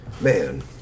Man